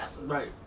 Right